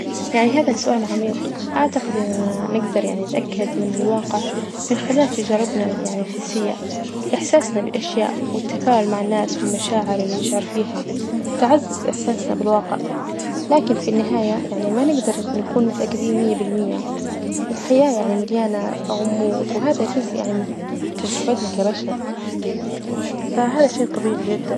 يعني هذا سؤال عميق، أعتقد إننا نجدر يعني نتأكد من الواقع من خلال تجاربنا يعني الحسية، إحساسنا بالأشياء والتفاعل مع الناس، والمشاعر اللي نشعر فيها تعزز إحساسنا بالواقع، لكن في النهاية يعني ما نجدر نكون متأكدين مية بالمية، الحياة يعني مليانة غموض وهذا جزء يعني من تجربتنا كبشر، فهذا شيء طبيعي جدا.